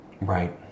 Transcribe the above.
Right